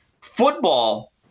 Football